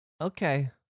Okay